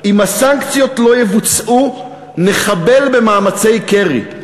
אם הסנקציות לא יבוצעו, נחבל במאמצי קרי.